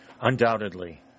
Undoubtedly